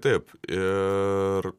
taip ir